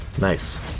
Nice